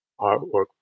artwork